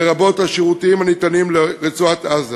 לרבות השירותים הניתנים לרצועת-עזה.